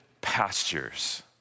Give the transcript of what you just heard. pastures